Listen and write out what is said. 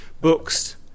books